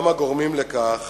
גם הגורמים לכך